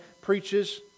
preaches